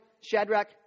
Shadrach